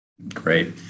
Great